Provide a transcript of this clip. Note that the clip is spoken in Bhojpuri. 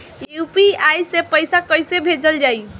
यू.पी.आई से पैसा कइसे भेजल जाई?